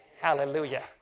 Hallelujah